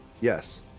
Yes